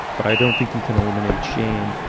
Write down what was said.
but i don't think you can eliminate shame.